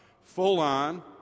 full-on